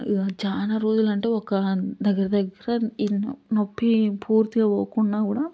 చాలా రోజులు అంటే ఒక దగ్గర దగ్గర నొప్పి పూర్తిగా పోకుండా కూడా